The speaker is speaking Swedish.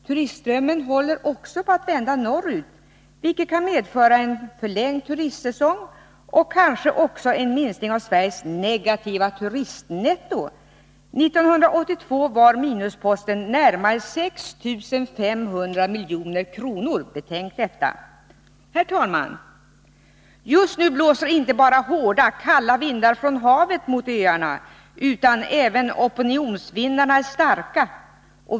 Turistströmmen håller också på att vända norrut, vilket kan medföra en förlängd turistsäsong och | kanske också en minskning av Sveriges negativa turistnetto. 1982 var minusposten närmare 6 500 milj.kr. Betänk detta! Herr talman! Just nu blåser inte bara hårda kalla vindar från havet mot öarna, utan även opinionsvindarna är starka.